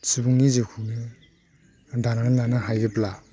सुबुंनि जिउखौनो दानानै लानो हायोब्ला